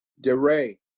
DeRay